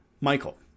Michael